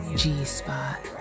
g-spot